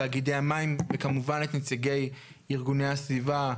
תאגידי המים וכמובן את נציגי ארגוני הסביבה,